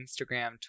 Instagram